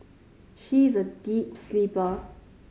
she is a deep sleeper